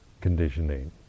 conditioning